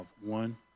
one